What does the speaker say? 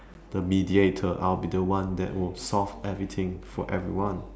the mediator I'll be the one that will solve everything for everyone